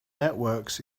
networks